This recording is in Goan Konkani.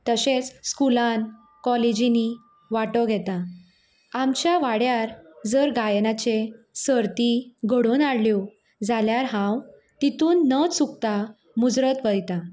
तशेंच स्कुलान कॉलेजींनी वांटो घेता आमच्या वाड्यार जर गायनाचे सर्ती घडोवन हाडल्यो जाल्यार हांव तितून न चुकता मुजरत वयतां